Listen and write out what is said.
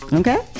okay